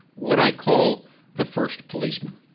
what i call the first policemen.